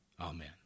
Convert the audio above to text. Amen